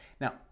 Now